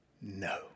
no